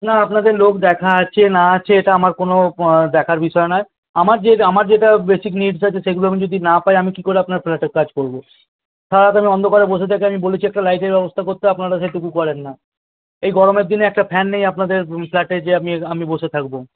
না আপনাদের লোক দেখা আছে না আছে এটা আমার কোনো দেখার বিষয় নয় আমার যে আমার যেটা বেসিক নিডস আছে সেগুলো যদি আমি না পাই আমি কী করে আপনার ফ্ল্যাটে কাজ করবো সারা রাত আমি অন্ধকারে বসে থাকি আমি বলেছি একটা লাইটের ব্যবস্থা করতে আপনারা সেটুকু করেন না এই গরমের দিনে একটা ফ্যান নেই আপনাদের ফ্ল্যাটে যে আমি আমি বসে থাকবো